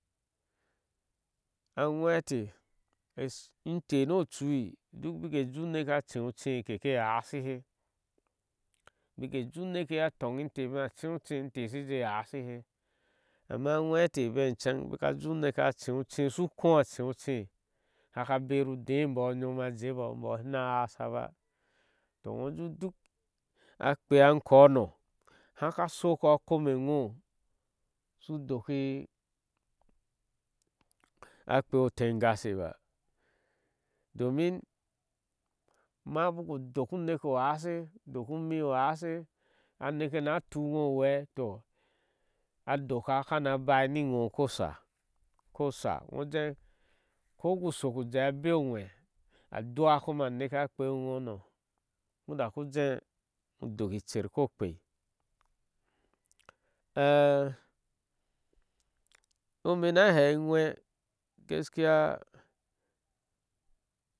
Aŋwe teh inteh nu ochui duk ubaku ujee unuke a che uchee keke hashi ha baki jeeh uneke ye asha toŋte a che uchee teh shije hashihe ama ajwɛ́ eteh bene ichŋ abika iee unekee su ukho cheuchee haka beri udeh embooh ajeebo mboor shuna hasawa ba to ŋo ujee duk a kpeea nkono haka shoko a kome ŋpo su doki a kpohn tengashe ba domin ma baku doku neka u haase dokumu uhase a neke ana tuu iŋo u hwee toh adoka kana bai ni ŋo koshaa koshaa ujeeh koku jeeh a beu oje adua koma a neke a kpewi in no usu dok icher ko ker ime ina hei aŋwé gaskiya